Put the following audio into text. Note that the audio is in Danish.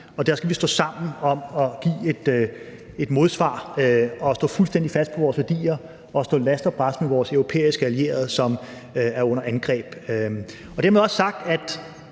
– skal stå sammen om at give et modsvar og stå fuldstændig fast på vores værdier og stå last og brast med vores europæiske allierede, som er under angreb.